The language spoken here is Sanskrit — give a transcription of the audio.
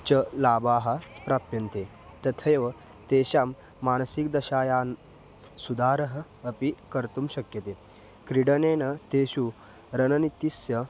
च लाभाः प्राप्यन्ते तथैव तेषां मानसिक दशायां सुधारः अपि कर्तुं शक्यते क्रीडनेन तेषु रणनितिस्य